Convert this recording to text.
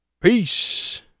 peace